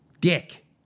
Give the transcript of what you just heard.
dick